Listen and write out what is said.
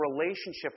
relationship